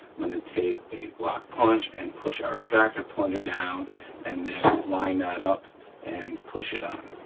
i'm gonna take a glock punch and push our extractor plunger down and then line that up and push it on,